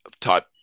type